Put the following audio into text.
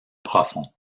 profonds